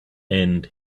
and